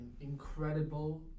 incredible